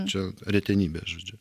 čia retenybė žodžiu